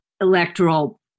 electoral